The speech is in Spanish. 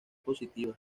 positivas